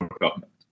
government